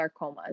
sarcomas